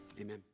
amen